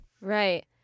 Right